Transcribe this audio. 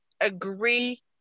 agree